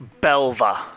Belva